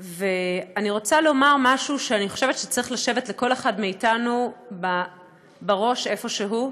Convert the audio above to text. אני רוצה לומר משהו שאני חושבת שצריך לשבת לכל אחד מאתנו בראש איפשהו.